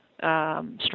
strong